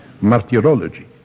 Martyrology